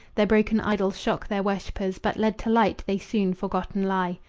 their broken idols shock their worshipers, but led to light they soon forgotten lie.